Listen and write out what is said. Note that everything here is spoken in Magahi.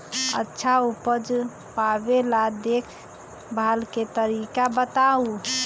अच्छा उपज पावेला देखभाल के तरीका बताऊ?